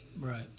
Right